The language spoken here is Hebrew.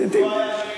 הוא היה מעז?